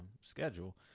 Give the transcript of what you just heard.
schedule